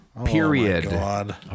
Period